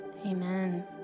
amen